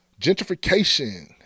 gentrification